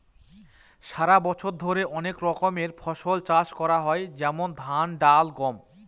সারা বছর ধরে অনেক রকমের ফসল চাষ করা হয় যেমন ধান, ডাল, গম